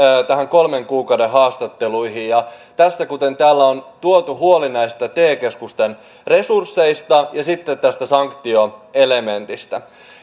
kolmen kuukauden haastatteluihin täällä on tuotu huoli näistä te keskusten resursseista ja sitten tästä sanktioelementistä